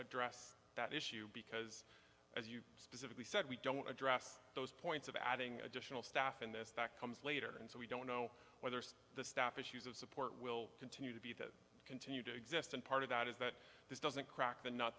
address that issue because specifically said we don't address those points of adding additional staff in this that comes later and so we don't know whether the staff issues of support will continue to be that continue to exist and part of that is that this doesn't crack the not